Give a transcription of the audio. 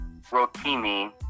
Rotimi